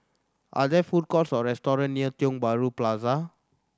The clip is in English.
are there food courts or restaurant near Tiong Bahru Plaza